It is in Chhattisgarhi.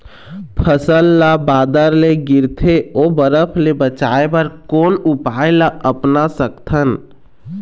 फसल ला बादर ले गिरथे ओ बरफ ले बचाए बर कोन उपाय ला अपना सकथन?